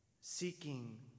seeking